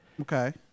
okay